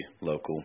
local